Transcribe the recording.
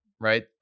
right